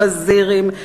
וזירים,